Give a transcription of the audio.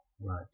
right